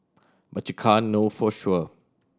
but you can't know for sure